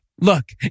Look